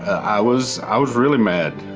i was i was really mad.